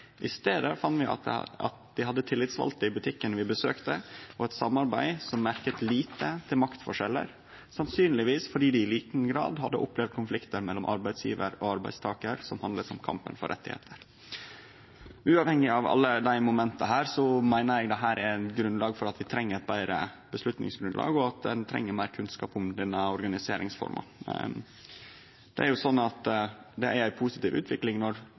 I stedet fant vi at de hadde tillitsvalgte i butikken vi besøkte, og et samarbeid som merket lite til maktforskjeller, sannsynligvis fordi de i liten grad hadde opplevd konflikter mellom arbeidsgiver og arbeidstaker som handlet om kampen for rettigheter.» Uavhengig av alle desse momenta meiner eg at dette er grunnlaget for at vi treng eit betre avgjerdsgrunnlag, og at ein treng meir kunnskap om denne organiseringsforma. Det er sånn at det er ei positiv utvikling når